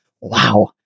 wow